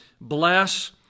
bless